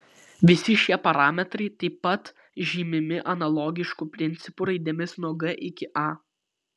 visi šie parametrai taip pat žymimi analogišku principu raidėmis nuo g iki a